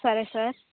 సరే సార్